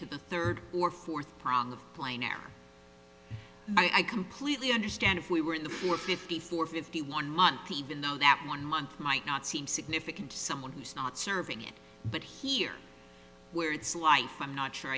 to the third or fourth prong plainer i completely understand if we were in the for fifty four fifty one month even though that one month might not seem significant to someone who's not serving it but here where it's life i'm not sure